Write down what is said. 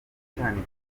cyanika